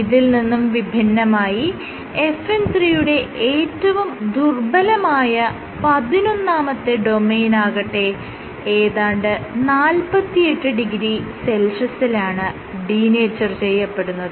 ഇതിൽ നിന്നും വിഭിന്നമായി FN 3 യുടെ ഏറ്റവും ദുർബ്ബലമായ പതിനൊന്നാമത്തെ ഡൊമെയ്നാകട്ടെ ഏതാണ്ട് 480 സെൽഷ്യസിലാണ് ഡീനേച്ചർ ചെയ്യപ്പെടുന്നത്